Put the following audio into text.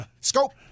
Scope